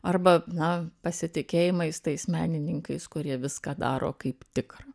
arba na pasitikėjimais tais menininkais kurie viską daro kaip tikra